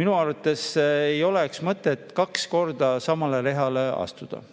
Minu arvates ei oleks mõtet kaks korda samale rehale astuda.